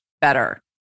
Better